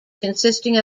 consisting